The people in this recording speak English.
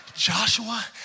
Joshua